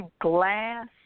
glass